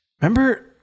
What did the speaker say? Remember